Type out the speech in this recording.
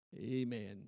Amen